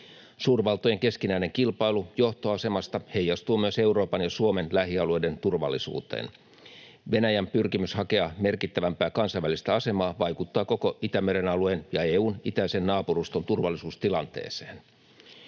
Suurvaltojen keskinäinen kilpailu johtoasemasta heijastuu myös Euroopan ja Suomen lähialueiden turvallisuuteen. Venäjän pyrkimys hakea merkittävämpää kansainvälistä asemaa vaikuttaa koko Itämeren alueen ja EU:n itäisen naapuruston turvallisuustilanteeseen.